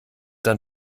dann